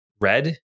Red